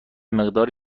مقدار